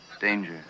danger